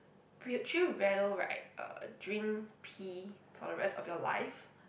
would you rather right uh drink pee for the rest of your life